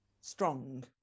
strong